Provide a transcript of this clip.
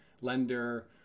lender